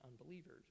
unbelievers